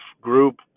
group